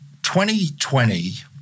2020